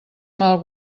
mal